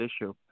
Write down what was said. issue